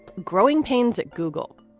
growing pains at google,